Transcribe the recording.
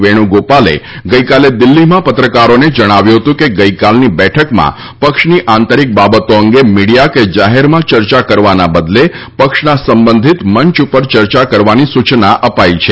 વેણુગોપાલે ગઈકાલે દિલ્હીમાં પત્રકારોને જણાવ્યું હતું કે ગઈકાલની બેઠકમાં પક્ષની આંતરિક બાબતો અંગે મીડિયા કે જાહેરમાં ચર્ચા કરવાના બદલે પક્ષના સંબંધિત મંચ ઉપર ચર્ચા કરવાની સૂચના અપાઈ છે